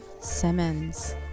Simmons